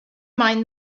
mind